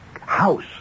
house